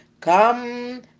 come